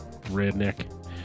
redneck